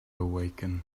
awaken